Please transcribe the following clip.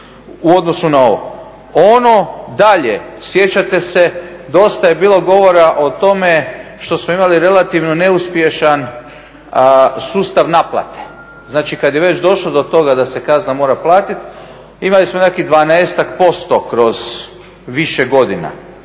u odnosu na ovo. Ono dalje sjećate se dosta je bilo govora o tome što smo imali relativno neuspješan sustav naplate. Znači, kad je već došlo do toga da se kazna mora platiti imali smo nekakvih dvanaestak posto kroz više godina.